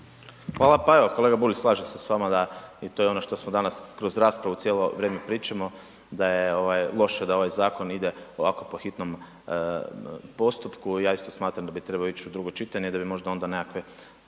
Hvala. Pa evo kolega Bulj, slažem se s vama, da i to je ono što smo danas kroz raspravu cijelo vrijeme pričamo da je ovaj loše da ovaj zakon ide ovako po hitnom postupku. Ja isto smatram da bi trebao ići u drugo čitanje da bi možda onda nekakve